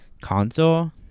console